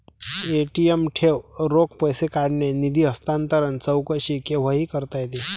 ATM ठेव, रोख पैसे काढणे, निधी हस्तांतरण, चौकशी केव्हाही करता येते